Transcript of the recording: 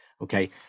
okay